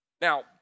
now